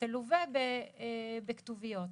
תלווה בכתוביות.